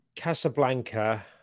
Casablanca